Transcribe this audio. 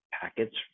packets